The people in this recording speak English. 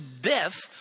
death